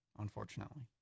Unfortunately